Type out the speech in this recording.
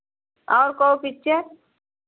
और कोई पिक्चर